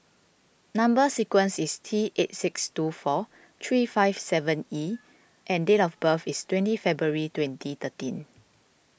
Number Sequence is T eight six two four three five seven E and date of birth is twenty February twenty thirteen